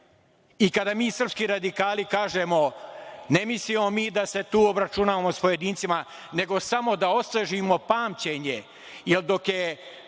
mi srpski radikali kažemo, ne mislimo mi da se tu obračunamo sa pojedincima, nego samo da osvežimo pamćenje, jer dok je